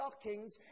stockings